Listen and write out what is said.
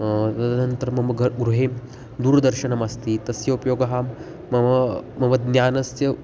तदनन्तरं मम घर् गृहे दूरदर्शनमस्ति तस्य उपयोगः मम मम ज्ञानस्य